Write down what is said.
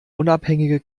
unabhängige